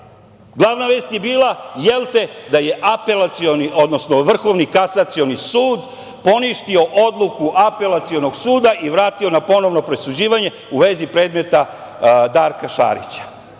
Glavna vest je bila, jelte, da je Vrhovni kasacioni sud poništio odluku Apelacionog suda i vratio na ponovno presuđivanje u vezi predmeta Darka Šarića.